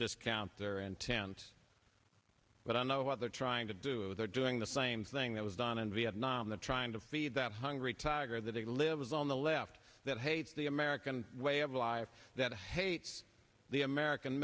just counter and tense but i know what they're trying to do they're doing the same thing that was done in vietnam the trying to feed that hungry tiger that he lives on the left that hates the american way of life that hates the american